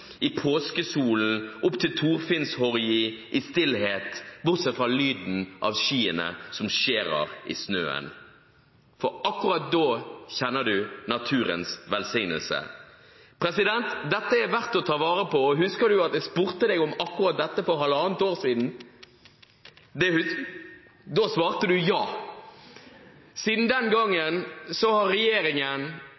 i påskesolen opp til Torfinnshorgi i stillhet, bortsett fra lyden av skiene som skjærer i snøen? Akkurat da kjenner du naturens velsignelse. Dette er verd å ta vare på. Husker du, president, at jeg spurte deg om akkurat dette for halvannet år siden? Da svarte du ja. Siden den gangen har regjeringen